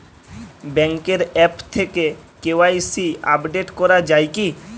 ব্যাঙ্কের আ্যপ থেকে KYC update করা যায় কি?